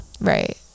Right